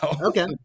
okay